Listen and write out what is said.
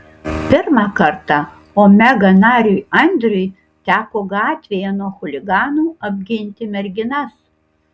pirmą kartą omega nariui andriui teko gatvėje nuo chuliganų apginti merginas